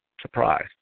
surprise